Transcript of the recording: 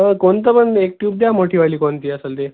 कोणतं पण एक ट्यूब द्या मोठीवाली कोणती असंल ते